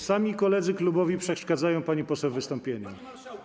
Sami koledzy klubowi przeszkadzają pani poseł w wystąpieniu.